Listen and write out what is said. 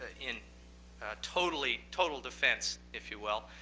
in total in total defense, if you will,